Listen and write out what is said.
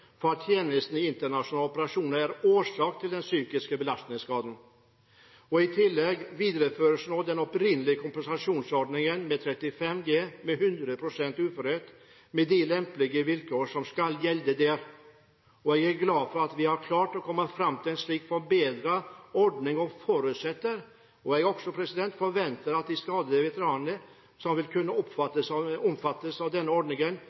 for at tjenesten i en internasjonal operasjon er årsak til den psykiske belastningsskaden». I tillegg videreføres den opprinnelige kompensasjonsordningen med 35 G ved 100 pst. uførhet, med de lempeligere vilkår som skal gjelde der. Jeg er glad for at vi har klart å komme fram til en slik forbedret ordning, og forutsetter og forventer at de skadde veteranene som vil kunne omfattes av denne ordningen,